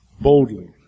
boldly